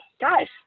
guys